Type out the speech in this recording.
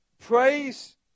praise